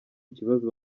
ikibazo